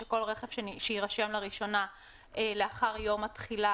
שכל רכב שיירשם לראשונה לאחר יום התחילה